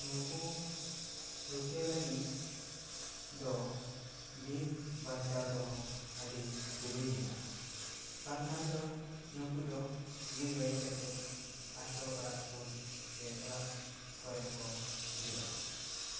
ᱱᱩᱠᱩ ᱨᱩᱠᱷᱤᱭᱟᱹ ᱞᱟᱹᱜᱤᱫ ᱫᱚ ᱵᱤᱨ ᱵᱟᱧᱪᱟᱣ ᱫᱚᱦᱚᱸ ᱟᱹᱰᱤ ᱡᱩᱨᱩᱲ ᱢᱮᱱᱟᱜᱼᱟ ᱵᱟᱝᱠᱷᱟᱱ ᱫᱚ ᱱᱩᱠᱩ ᱫᱚ ᱵᱤᱨ ᱵᱟᱹᱜᱤ ᱠᱟᱛᱮ ᱟᱛᱳ ᱚᱲᱟᱜ ᱥᱩᱨ ᱥᱮ ᱚᱲᱟᱜ ᱠᱚᱨᱮ ᱠᱚ ᱦᱤᱡᱩᱜᱼᱟ